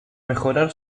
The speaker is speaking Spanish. mejorar